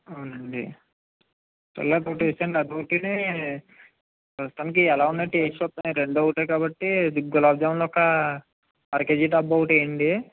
అవునండి సర్లే ఒకటి వేయండి అది ఒకటి ప్రస్తుతానికి ఎలా ఉన్నాయో టేస్ట్ చూడడానికి ఈ రెండు ఒకటే కాబట్టి గులాబ్ జాములు ఒక అరకేజీ డబ్బా ఒకటి వేయండి